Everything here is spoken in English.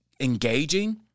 engaging